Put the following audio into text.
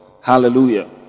Hallelujah